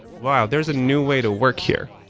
wow! there is a new way to work here.